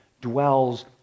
dwells